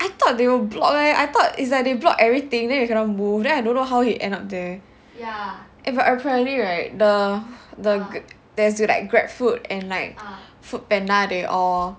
I thought they will block leh I thought is that they blocked everything then you cannot move then I don't know how he end up there eh but apparently right the the there's like Grabfood and like Foodpanda they all